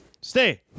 Stay